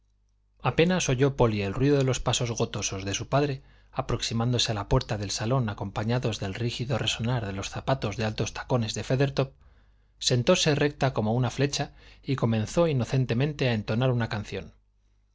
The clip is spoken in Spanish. apenas oyó polly el ruido de los pasos gotosos de su padre aproximándose a la puerta del salón acompañados del rígido resonar de los zapatos de altos tacones de feathertop sentóse recta como una flecha y comenzó inocentemente a entonar una canción